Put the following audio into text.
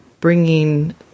bringing